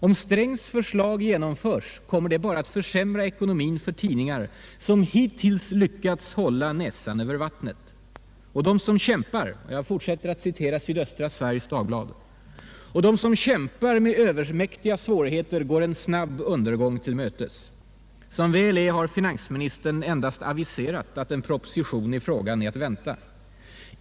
Om Strängs förslag genomförs kommer det bara att försämra ekonomin för tidningar som hittills lyckats hålla näsan över vattnet. Och de som kämpar med övermäktiga svårigheter går en snabb undergång till mötes. Som väl är har finansministern endast aviserat att en proposition i frågan är att vänta.